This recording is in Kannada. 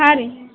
ಹಾಂ ರೀ